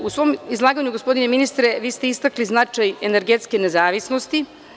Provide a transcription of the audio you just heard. U svom izlaganju, gospodine ministre, vi ste istakli značaj energetske nezavisnosti.